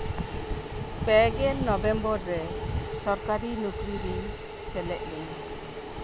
ᱯᱮ ᱜᱮᱞ ᱱᱚᱵᱷᱮᱢᱵᱚᱨ ᱨᱮ ᱥᱚᱨᱠᱟᱨᱤ ᱱᱚᱠᱨᱤ ᱨᱤᱧ ᱥᱮᱞᱮᱫ ᱞᱮᱱᱟ